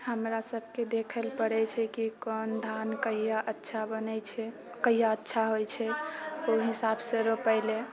हमरासबके देखैला पड़ै छै की कोन धान कहिया अच्छा बनै छै कहिया अच्छा होइ छै ओइ हिसाबसँ रोपैले